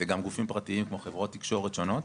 זה גם גופים פרטיים כמו חברות תקשורת שונות.